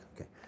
okay